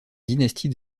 dynastie